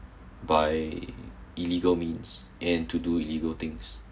by illegal means and to do illegal things